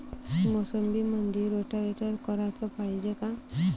मोसंबीमंदी रोटावेटर कराच पायजे का?